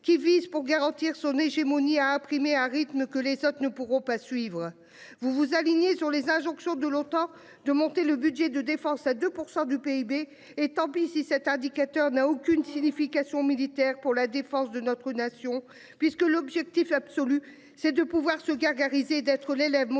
qui vise pour garantir son hégémonie a imprimé un rythme que les autres ne pourront pas suivre. Vous vous alignez sur les injonctions de l'OTAN de monter le budget de défense à 2% du PIB et tant pis si cet indicateur n'a aucune signification militaire pour la défense de notre nation puisque l'objectif absolu c'est de pouvoir se gargariser d'être l'élève modèle